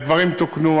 הדברים תוקנו.